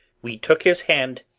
we took his hand,